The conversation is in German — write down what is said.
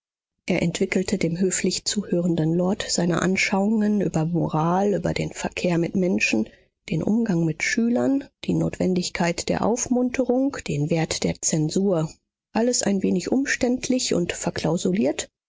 er entwickelte dem höflich zuhörenden lord seine anschauungen über moral über den verkehr mit menschen den umgang mit schülern die notwendigkeit der aufmunterung den wert der zensur alles ein wenig umständlich und verklausuliert